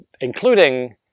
Including